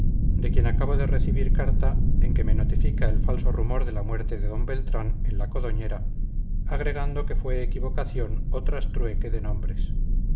de quien acabo de recibir carta en que me notifica el falso rumor de la muerte de don beltrán en la codoñera agregando que fue equivocación o trastrueque de nombres